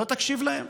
לא תקשיב להם?